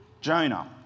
Jonah